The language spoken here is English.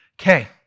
Okay